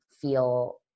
feel